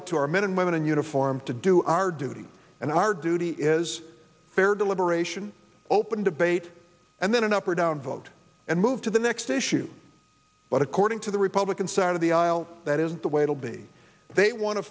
it to our men and women in uniform to do our duty and our duty is fair deliberation open debate and then an up or down vote and move to the next issue but according to the republican side of the aisle that is the way it'll be they want to